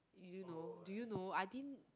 do you know did you know I didn't